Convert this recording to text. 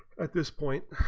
at this point